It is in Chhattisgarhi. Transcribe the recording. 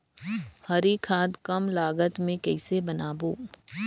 हरी खाद कम लागत मे कइसे बनाबो?